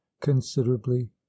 considerably